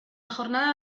jornada